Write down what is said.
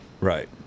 right